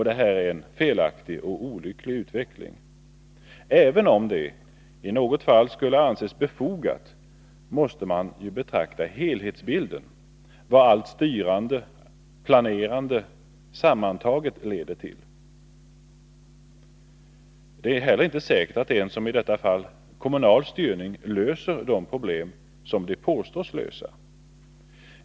Detta är en felaktig och olycklig utveckling. Även om det i något fall skulle kunna anses befogat måste man betrakta helhetsbilden — vad allt styrande och planerande sammantaget leder till. Det är inte heller säkert att en — i detta fall kommunal — styrning löser de problem som den påstås lösa.